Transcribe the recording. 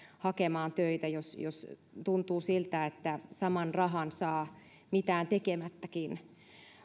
hakemaan töitä jos jos tuntuu siltä että saman rahan saa mitään tekemättäkin